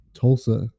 Tulsa